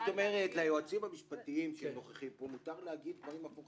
כלומר ליועצים המשפטים שנוכחים פה מותר לומר דברים הפוכים.